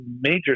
major